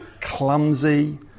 Clumsy